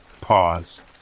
Pause